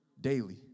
daily